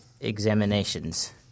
examinations